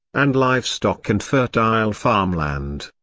and livestock and fertile farmland.